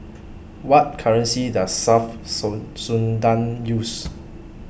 What currency Does South Sudan use